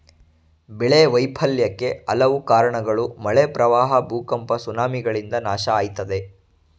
ಬೆಳೆ ವೈಫಲ್ಯಕ್ಕೆ ಹಲವು ಕಾರ್ಣಗಳು ಮಳೆ ಪ್ರವಾಹ ಭೂಕಂಪ ಸುನಾಮಿಗಳಿಂದ ನಾಶ ಆಯ್ತದೆ